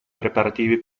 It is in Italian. preparativi